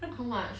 how much